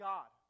God